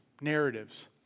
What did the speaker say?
narratives